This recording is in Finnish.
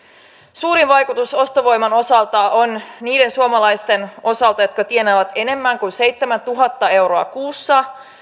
suurin vaikutus ostovoiman osalta on niiden suomalaisten osalta jotka tienaavat enemmän kuin seitsemäntuhatta euroa kuussa